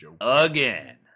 Again